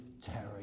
terry